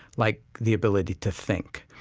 like the ability to think.